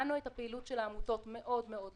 בחנו את הפעילות של העמותות מאוד לעומק